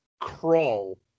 Crawl